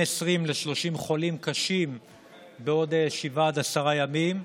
20 ל-30 חולים קשים בעוד שבעה עד עשרה ימים,